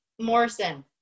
Morrison